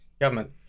government